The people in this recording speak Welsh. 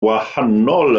wahanol